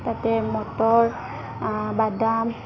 তাতে মটৰ বাদাম